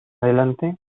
adelante